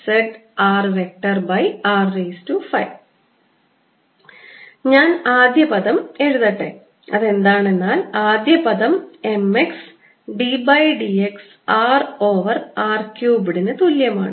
zzrr5 ഞാൻ ആദ്യ പദം എഴുതട്ടെ അതെന്താണെന്നാൽ ആദ്യ പദം m x dd x r over r ക്യൂബ്ഡ്നു തുല്യമാണ്